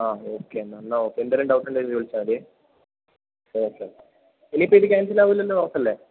ആ ഓക്കെ എന്നാല് എന്നാല് ഓക്കെ എന്തെങ്കിലും ഡൗട്ടുണ്ടെങ്കില് ഇതില് വിളിച്ചാല് മതി ഓക്കെ പിന്നെ ഇപ്പോള് ഇത് ക്യാൻസലാവില്ലല്ലോ ഉറപ്പല്ലേ